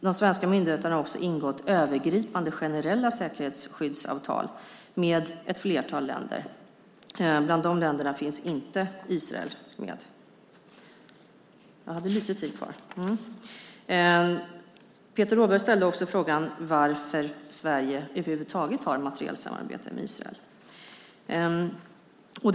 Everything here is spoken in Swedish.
Den svenska myndigheten har också ingått övergripande generella säkerhetsskyddsavtal med ett flertal länder. Israel finns inte med bland de länderna. Peter Rådberg frågade också varför Sverige över huvud taget har materielsamarbete med Israel.